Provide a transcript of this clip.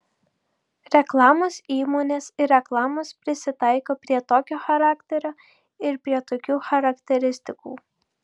reklamos įmonės ir reklamos prisitaiko prie tokio charakterio ir prie tokių charakteristikų